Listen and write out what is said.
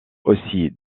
aussi